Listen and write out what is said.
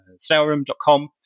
saleroom.com